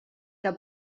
que